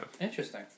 interesting